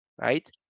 right